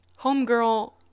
homegirl